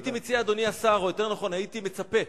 הייתי מציע, אדוני השר, או יותר נכון הייתי מצפה,